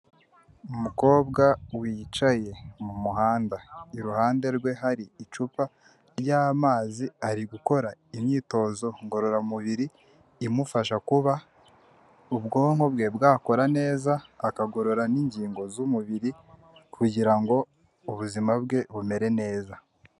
Umukobwa wicaye mumuhanda, iruhande rwe hari icupa ry'amazi, ari gukora imyitozo ngororamubiri imufasha kuba ubwonko bwe bwakora neza, akagorora n'ingingo z'umubiri kugira ngo ubuzima bwe bumere neza.